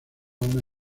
una